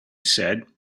said